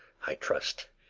i trust,